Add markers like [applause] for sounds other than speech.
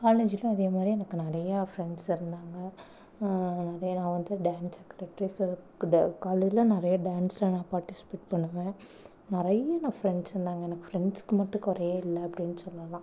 காலேஜில் அதே மாரே எனக்கு நிறையா ஃப்ரெண்ட்ஸ் இருந்தாங்கள் அதே நான் வந்து டான்ஸுக்கு [unintelligible] கூட காலேஜ்ல நிறைய டான்ஸ்ல நான் பார்ட்டிசிபேட் பண்ணுவேன் நிறைய நான் ஃப்ரெண்ட்ஸ் இருந்தாங்கள் எனக்கு ஃப்ரெண்ட்ஸுக்கு மட்டும் குறையே இல்லை அப்படின்னு சொல்லலாம்